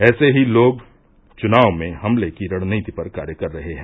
ऐसे ही लोग चुनाव में हमले की रणनीति पर कार्य कर रहे हैं